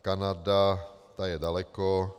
Kanada, ta je daleko.